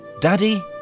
Daddy